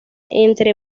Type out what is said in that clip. entre